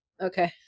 Okay